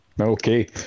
Okay